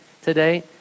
today